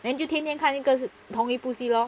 then 就天天看一个是同一部戏 lor